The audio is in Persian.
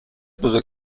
بزرگ